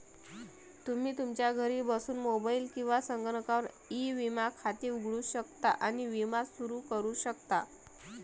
तुम्ही तुमच्या घरी बसून मोबाईल किंवा संगणकावर ई विमा खाते उघडू शकता आणि विमा सुरू करू शकता